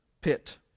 pit